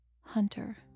Hunter